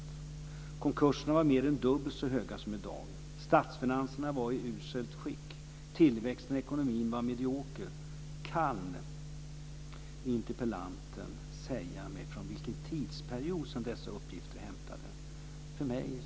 Antalet konkurser var mer än dubbelt så högt som i dag. Statsfinanserna var i uselt skick. Tillväxten i ekonomin var medioker. Kan interpellanten säga mig från vilken tidsperiod som dessa uppgifter är hämtade?